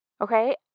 Okay